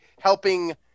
helping